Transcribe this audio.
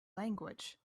language